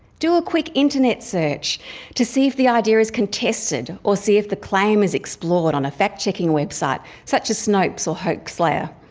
do a quick internet search to see if the idea is contested, or see if the claim is explored on a fact-checking website, such as snopes or hoax slayer.